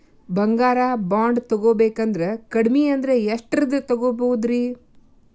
ಬಂಗಾರ ಬಾಂಡ್ ತೊಗೋಬೇಕಂದ್ರ ಕಡಮಿ ಅಂದ್ರ ಎಷ್ಟರದ್ ತೊಗೊಬೋದ್ರಿ?